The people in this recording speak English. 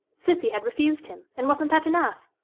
cissy had refused him, and wasn't that enough?